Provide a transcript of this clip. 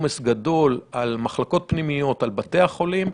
על מחלקות פנימיות, על בתי החולים.